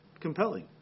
compelling